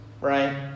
right